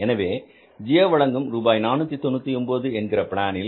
எனவே ஜியோ வழங்கும் ரூபாய் 499 என்கிற பிளானில்